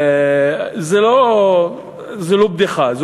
זו לא בדיחה,